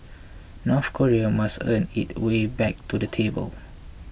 North Korea must earn its way back to the table